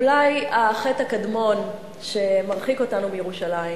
אולי החטא הקדמון שמרחיק אותנו מירושלים